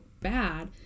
bad